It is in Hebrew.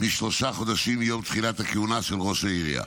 משלושה חודשים מיום תחילת הכהונה של ראש העירייה.